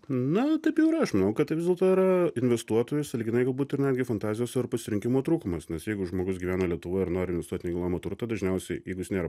na taip jau yra aš manau kad tai vis dėlto yra investuotojų sąlyginai galbūt ir netgi fantazijos ar pasirinkimo trūkumas nes jeigu žmogus gyvena lietuvoj ir nori investuot į nekilnojamą turtą dažniausiai jeigu jis nėra